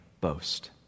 boast